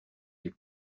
des